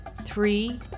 three